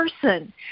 person